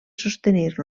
sostenir